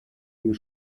mir